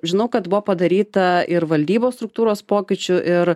žinau kad buvo padaryta ir valdybos struktūros pokyčių ir